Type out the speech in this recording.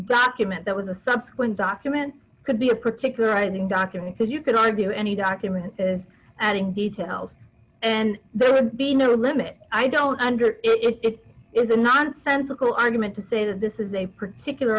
document that was a subsequent document could be a particular writing document that you could argue any document that is adding details and there would be no limit i don't under it is a nonsensical argument to say that this is a particular